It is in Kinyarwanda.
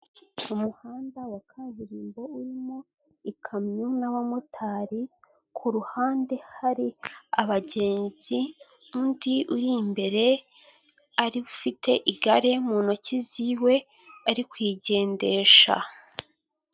Umuhanda wa kaburimbo urimo ikamyo n'abamotari, ku ruhande hari abagenzi, undi uri imbere ari ufite igare mu ntoki ziwe ari kuyigendesha.